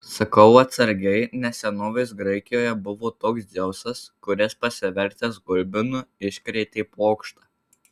sakau atsargiai nes senovės graikijoje buvo toks dzeusas kuris pasivertęs gulbinu iškrėtė pokštą